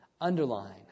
underline